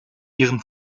ihren